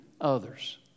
others